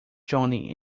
johnny